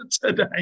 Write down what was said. today